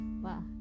Wow